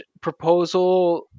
proposal